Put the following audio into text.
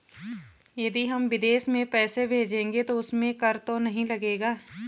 यदि हम विदेश में पैसे भेजेंगे तो उसमें कर तो नहीं लगेगा?